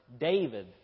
David